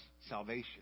salvation